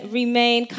remain